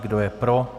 Kdo je pro?